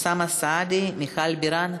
אוסאמה סעדי, מיכל בירן.